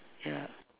ya